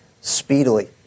speedily